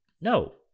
no